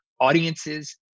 audiences